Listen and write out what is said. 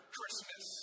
Christmas